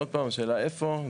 עוד פעם השאלה איפה.